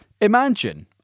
imagine